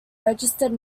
registered